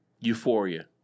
Euphoria